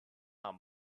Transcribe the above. not